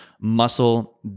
muscle